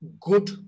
good